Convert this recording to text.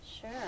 Sure